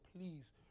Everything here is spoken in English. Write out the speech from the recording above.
please